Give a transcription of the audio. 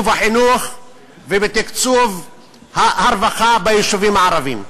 החינוך ובתקצוב הרווחה ביישובים הערביים.